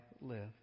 live